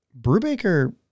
Brubaker